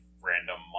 random